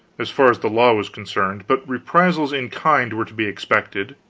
as far as the law was concerned, but reprisals in kind were to be expected.